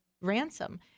ransom